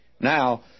Now